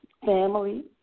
family